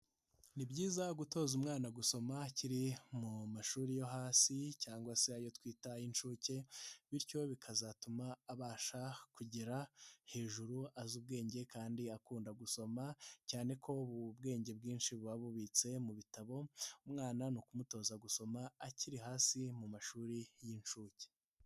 Ni byiza gutoza umwana gusoma akiri mu mashuri yo hasi cyangwa se ayo twita ay'inshuke, bityo bikazatuma abasha kugera hejuru azi ubwenge kandi akunda gusoma, cyane ko ubu bwe bwinshi bu bubitse mu bitabo, umwana ni ukumutoza gusoma akiri hasi mu mashuri y'inshuke.